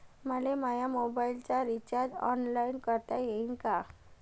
मले माया मोबाईलचा रिचार्ज ऑनलाईन करता येईन का?